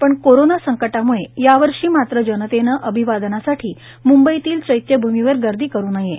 पण कोरोना संकटामुळे यावर्षी मात्र जनतेने अभिवादनासाठी मुंबईतील चैत्यभूमीवर गर्दी करू नये